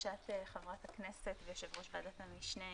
לבקשת חברת הכנסת ויושבת-ראש ועדת המשנה,